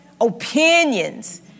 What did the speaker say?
opinions